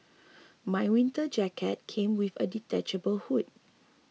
my winter jacket came with a detachable hood